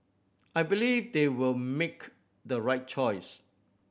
I believe they will make the right choice